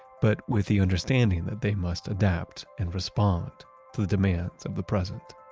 but with the understanding that they must adapt and respond to the demands of the present